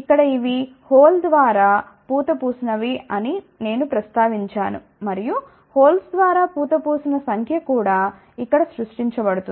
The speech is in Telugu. ఇక్కడ ఇవి హోల్ ద్వారా పూతపూసిన వి అని నేను ప్రస్తావించాను మరియు హోల్స్ ద్వారా పూతపూసిన సంఖ్య కూడా ఇక్కడ సృష్టించబడుతుంది